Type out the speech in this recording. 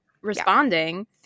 responding